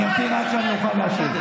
אני אמתין עד שאני אוכל להשיב.